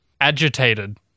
agitated